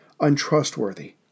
untrustworthy